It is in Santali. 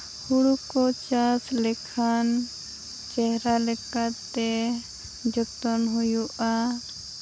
ᱦᱩᱲᱩ ᱠᱚ ᱪᱟᱥ ᱞᱮᱠᱷᱟᱱ ᱪᱮᱦᱨᱟ ᱞᱮᱠᱟᱛᱮ ᱡᱚᱛᱚᱱ ᱦᱩᱭᱩᱜᱼᱟ